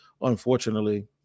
unfortunately